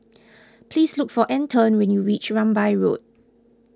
please look for Antone when you reach Rambai Road